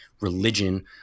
religion